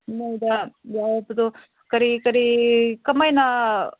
ꯅꯣꯏꯗ ꯌꯥꯎꯕꯗꯣ ꯀꯔꯤ ꯀꯔꯤ ꯀꯃꯥꯏꯅ